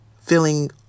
feeling